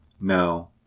No